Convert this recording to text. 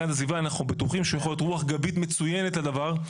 ואנחנו בטוחים שהמשרד להגנת הסביבה יכול להיות רוח גבית מצוינת לדבר,